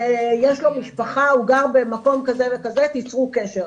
יש לו משפחה, הוא גר במקום כזה וכזה, תצרו קשר.